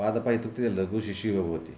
पादपः इत्यत्युक्ते लघुशिशुः इव भवति